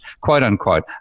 quote-unquote